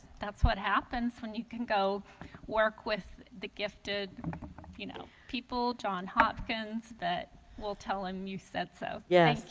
that's what happens when you can go work with the gifted you know people john hopkins that will tell him you said, so yes,